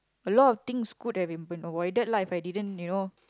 a lot of things could have been been avoided lah If I didn't you know